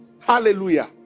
Hallelujah